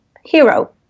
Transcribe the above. hero